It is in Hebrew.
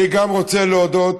גם אני רוצה להודות,